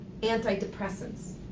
antidepressants